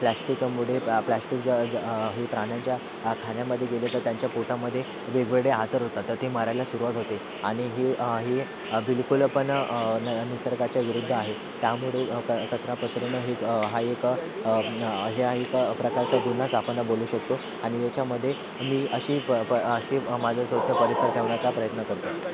प्लॅस्टिकमुळे पॅ प्लॅस्टिक ज ज हे प्राण्यांच्या खाण्यामध्ये गेलं तर त्यांच्या पोटामध्ये वेगवेगळे आजार होतात तर ती मरायला सुरुवात होते आणि ही ही बिलकुल पण न निसर्गाच्या विरुद्ध आहे त्यामुळे क कचरा पसरणं हे एक हा एक हा एक प्रकारचा गुन्हाच आपण बोलू शकतो आणि याच्यामध्ये मी अशी प प अशी माझं स्वच्छ परिसर ठेवण्याचा प्रयत्न करतो